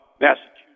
Massachusetts